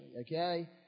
okay